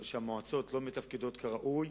שהמועצות לא מתפקדות כראוי,